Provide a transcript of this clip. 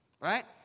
right